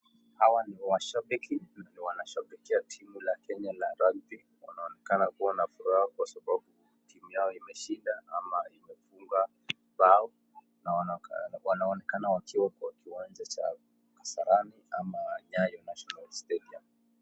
Hawa ni washabiki wanashabikia timu la Kenya ya rugby wanaonekana kuwa na furaha kwa sababu timu yao imeshinda ama imefunga mbao na wanaonekana wakiwa kwa kiwanja cha Kasarani ama Nyayo Stadium